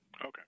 Okay